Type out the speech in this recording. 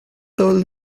told